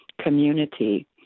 community